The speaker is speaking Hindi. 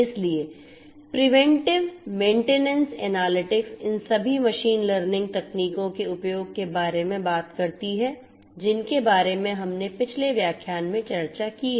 इसलिए प्रिवेंटिव मेंटेनेंस एनालिटिक्स इन सभी मशीन लर्निंग तकनीकों के उपयोग के बारे में बात करती है जिनके बारे में हमने पिछले व्याख्यान में चर्चा की है